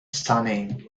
stunning